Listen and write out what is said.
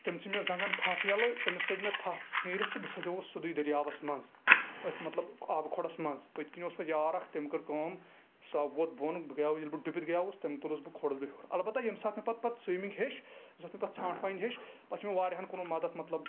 تٔمۍ ژھٕنۍ مےٚ زنٛگن تھپھ ییٚلہٕ تٔمِس ژٔج مےٚ تھپھ نیٖرِتھ تہٕ بہٕ سیدیوُس سیدُے دریاوس منٛز أتھۍ مطلب آبہٕ کھۄڈَس منٛز پٔتکِنۍ اوس پَتہٕ یاراکھ تٔمۍ کٔر کٲم سُہ ووٚتھ بۄن ییٚلہِ بہٕ ڈُبِتھ گٔیاوُس تٔمۍ تُلُس بہٕ کھولنس بہٕ ہیٚور اَلبتہ ییٚمہِ ساتہٕ پَتہٕ پَتہٕ مےٚ سوِمِنٛگ ہٮ۪چھ ییٚمہِ ساتہٕ مےٚ پَتہٕ ژَھانٛٹھ وایِنۍ ہٮ۪چھ پَتہٕ چھُ مےٚ واریاہَن کوٚرمُت مدد مطلب